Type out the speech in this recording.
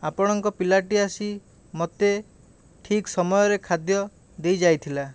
ଆପଣଙ୍କ ପିଲାଟି ଆସି ମୋତେ ଠିକ୍ ସମୟରେ ଖାଦ୍ୟ ଦେଇ ଯାଇଥିଲା